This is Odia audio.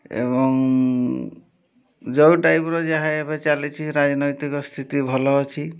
ଏବଂ ଯେଉଁ ଟାଇପ୍ର ଯାହା ଏବେ ଚାଲିଛି ରାଜନୈତିକ ସ୍ଥିତି ଭଲ ଅଛି